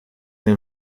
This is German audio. den